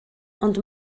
ond